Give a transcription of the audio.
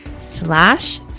slash